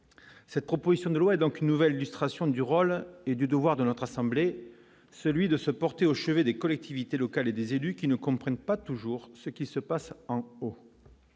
cette proposition de loi et donc nouvelle lustration du rôle et du devoir de notre assemblée, celui de se porter au chevet des collectivités locales et des élus qui ne comprennent pas toujours ce qui se passe en haut.